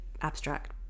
abstract